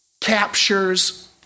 captures